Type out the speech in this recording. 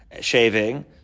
shaving